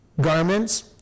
garments